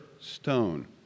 stone